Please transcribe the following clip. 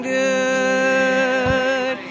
good